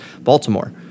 Baltimore